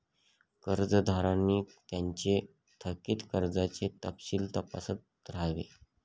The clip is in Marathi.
कर्जदारांनी त्यांचे थकित कर्जाचे तपशील तपासत राहावे